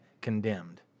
condemned